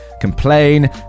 complain